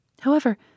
However